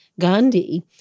Gandhi